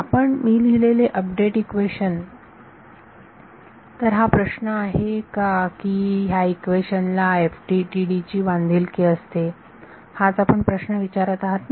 आपण मी लिहिलेले अपडेट इक्वेशन तर हा प्रश्न आहे का की ह्या इक्वेशन ला FDTD ची बांधीलकी असते हाच आपण प्रश्न विचारत आहात ना